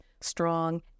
strong